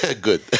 good